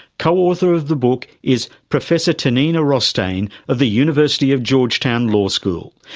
co-author of the book is professor tanina rostain of the university of georgetown law school.